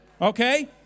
Okay